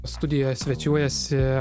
studijoje svečiuojasi